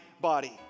body